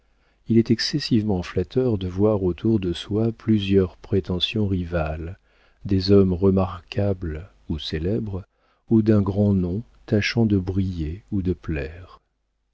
il est excessivement flatteur de voir autour de soi plusieurs prétentions rivales des hommes remarquables ou célèbres ou d'un grand nom tâchant de briller ou de plaire